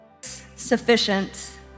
sufficient